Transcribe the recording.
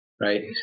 Right